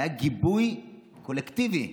היה גיבוי קולקטיבי,